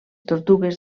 tortugues